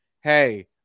hey